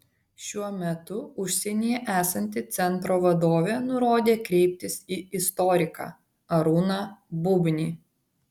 šiuo metu užsienyje esanti centro vadovė nurodė kreiptis į istoriką arūną bubnį